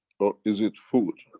or, is it food?